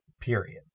period